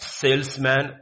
salesman